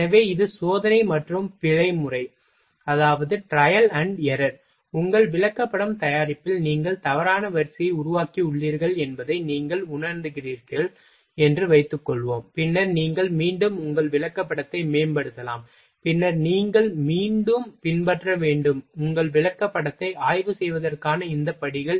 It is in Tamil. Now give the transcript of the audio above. எனவே இது சோதனை மற்றும் பிழை முறை உங்கள் விளக்கப்படம் தயாரிப்பில் நீங்கள் தவறான வரிசையை உருவாக்கியுள்ளீர்கள் என்பதை நீங்கள் உணர்ந்திருக்கிறீர்கள் என்று வைத்துக்கொள்வோம் பின்னர் நீங்கள் மீண்டும் உங்கள் விளக்கப்படத்தை மேம்படுத்தலாம் பின்னர் நீங்கள் மீண்டும் பின்பற்ற வேண்டும் உங்கள் விளக்கப்படத்தை ஆய்வு செய்வதற்கான இந்த படிகள்